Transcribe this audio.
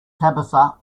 tabitha